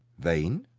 vain?